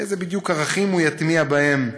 איזה ערכים בדיוק הוא יטמיע בהם?